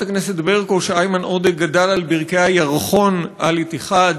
חברת הכנסת ברקו שאיימן עודה גדל על ברכי הירחון "אל-איתיחאד".